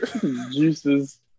Juices